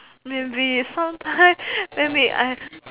maybe sometime maybe I